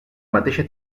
mateixa